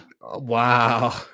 Wow